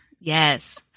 Yes